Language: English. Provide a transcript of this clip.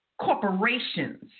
corporations